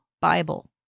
Bible